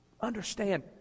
Understand